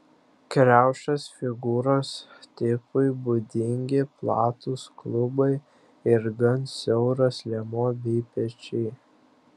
kriaušės figūros tipui būdingi platūs klubai ir gan siauras liemuo bei pečiai